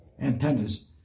Antennas